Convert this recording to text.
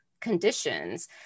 conditions